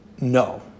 no